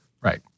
Right